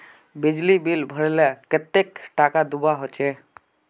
बिजली बिल भरले कतेक टाका दूबा होचे?